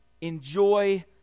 Enjoy